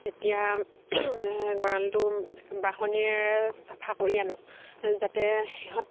তেতিয়া গঁৰালটো বাঁহনীৰে চাফা কৰি আনো যাতে সিহঁত